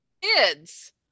kids